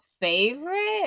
favorite